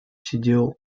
сидел